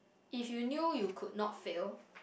if you knew you could not fail